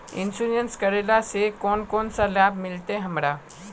Insurance करेला से कोन कोन सा लाभ मिलते हमरा?